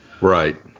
Right